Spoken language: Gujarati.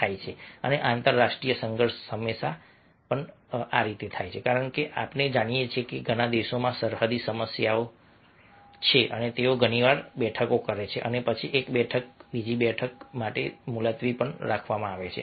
થાય છે અને આંતરરાષ્ટ્રીય સંઘર્ષ હંમેશા થાય છે કારણ કે આપણે જાણીએ છીએ કે ઘણા દેશોમાં સરહદી સમસ્યાઓ સરહદી સમસ્યાઓ છે અને તેઓ ઘણી વાર બેઠકો કરે છે અને પછી એક બેઠક બીજી બેઠક માટે મુલતવી રાખવામાં આવે છે